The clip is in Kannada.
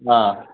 ಹಾಂ